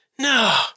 no